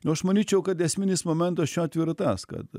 nu aš manyčiau kad esminis momentas šiuo atveju yra tas kad